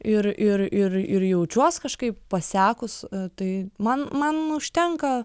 ir ir ir ir jaučiuos kažkaip pasekus tai man man užtenka